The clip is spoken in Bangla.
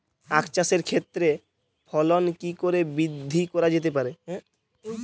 আক চাষের ক্ষেত্রে ফলন কি করে বৃদ্ধি করা যেতে পারে?